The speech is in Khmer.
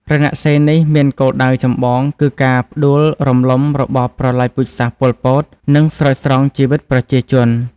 រណសិរ្សនេះមានគោលដៅចម្បងគឺការផ្ដួលរំលំរបបប្រល័យពូជសាសន៍ ប៉ុល ពត និងស្រោចស្រង់ជីវិតប្រជាជន។